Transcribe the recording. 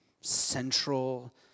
central